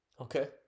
Okay